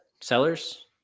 sellers